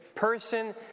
person